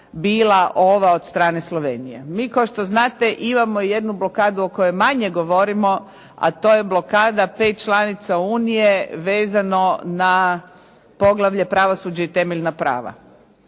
bila ova od strane Slovenije. Mi kao što znate imamo jednu blokadu o kojoj manje govorimo a to je blokada 5 članica unije vezano na poglavlje pravosuđa i temeljna prava